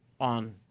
on